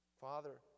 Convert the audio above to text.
Father